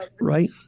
right